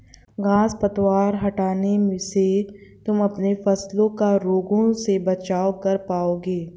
घांस पतवार हटाने से तुम अपने फसलों का रोगों से बचाव कर पाओगे